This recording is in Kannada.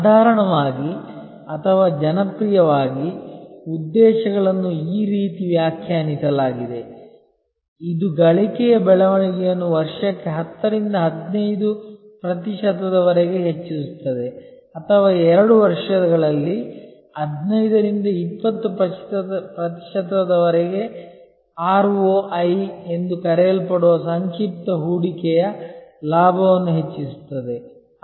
ಸಾಧಾರಣವಾಗಿ ಅಥವಾ ಜನಪ್ರಿಯವಾಗಿ ಉದ್ದೇಶಗಳನ್ನು ಈ ರೀತಿ ವ್ಯಾಖ್ಯಾನಿಸಲಾಗಿದೆ ಇದು ಗಳಿಕೆಯ ಬೆಳವಣಿಗೆಯನ್ನು ವರ್ಷಕ್ಕೆ 10 ರಿಂದ 15 ಪ್ರತಿಶತದವರೆಗೆ ಹೆಚ್ಚಿಸುತ್ತದೆ ಅಥವಾ 2 ವರ್ಷಗಳಲ್ಲಿ 15 ರಿಂದ 20 ಪ್ರತಿಶತದವರೆಗೆ ಆರ್ಒಐ ಎಂದು ಕರೆಯಲ್ಪಡುವ ಸಂಕ್ಷಿಪ್ತ ಹೂಡಿಕೆಯ ಲಾಭವನ್ನು ಹೆಚ್ಚಿಸುತ್ತದೆ